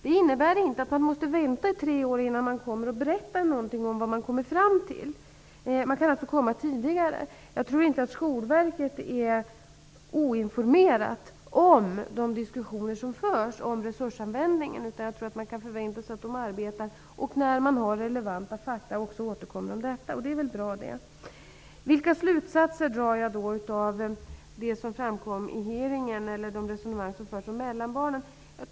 Det innebär inte att man på Skolverket måste vänta i tre år innan man berättar något om vad man har kommit fram till. Det kan alltså ske tidigare. Jag tror inte att man på Skolverket är okunnig om de diskussioner som förs om resursanvändningen, utan jag tror att vi kan förvänta oss att man där arbetar med detta och att man, när man har relevanta fakta, också återkommer om detta. Och det är väl bra. Vilka slutsatser drar jag då av det som framkom vid hearingen och av de resonemang som förs om de s.k. mellanbarnen?